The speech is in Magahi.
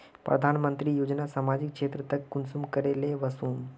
प्रधानमंत्री योजना सामाजिक क्षेत्र तक कुंसम करे ले वसुम?